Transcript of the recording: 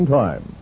time